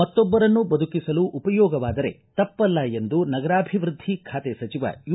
ಮತ್ತೊಬ್ಬರನ್ನು ಬದುಕಿಸಲು ಉಪಯೋಗವಾದರೆ ತಪ್ಪಲ್ಲ ಎಂದು ನಗರಾಭಿವೃದ್ದಿ ಬಾತೆ ಸಚಿವ ಯು